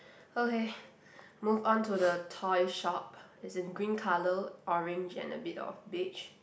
okay move on to the toy shop it's in green colour orange and a bit of beige